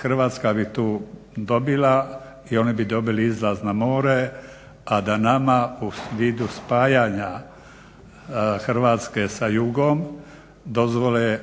Hrvatska bi tu dobila i oni bi dobili izlaz na more, a da nama u vidu spajanja Hrvatske sa jugom dozvole